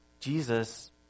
Jesus